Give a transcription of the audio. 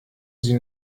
sie